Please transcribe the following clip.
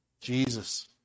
Jesus